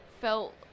felt